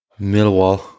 Millwall